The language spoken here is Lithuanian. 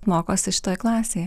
mokosi šitoj klasėje